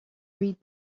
read